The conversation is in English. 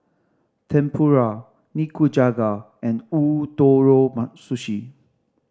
Tempura Nikujaga and Ootoro Sushi